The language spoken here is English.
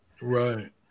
Right